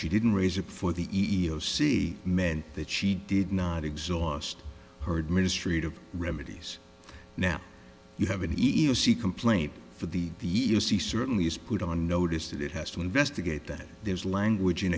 she didn't raise it for the e e o c men that she did not exhaust her administrative remedies now you have an easy complaint for the you see certainly is put on notice that it has to investigate that there's language in